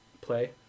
play